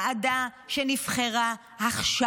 ועדה שנבחרה עכשיו,